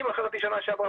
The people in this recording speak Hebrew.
אני מכרתי שנה שעברה,